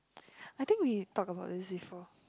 I think we talk about this before